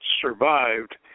survived